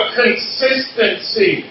consistency